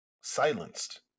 silenced